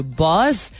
boss